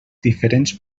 diferents